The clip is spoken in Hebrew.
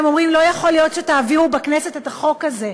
הם אומרים: לא יכול להיות שתעבירו בכנסת את החוק הזה.